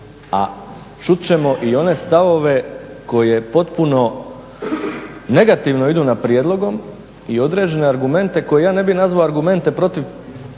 a čut ćemo i one stavove koje potpuno negativno idu na prijedlogom i određene argumente koje ja ne bih nazvao argumente protiv